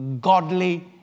godly